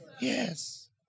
Yes